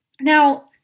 Now